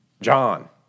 John